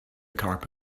carpet